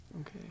Okay